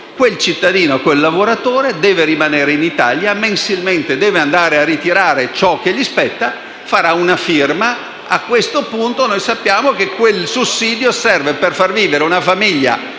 Quel cittadino, quel lavoratore deve rimanere in Italia, mensilmente deve andare a ritirare ciò che gli spetta, metterà una firma e a questo punto sappiamo che quel sussidio serve per far vivere una famiglia